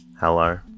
Hello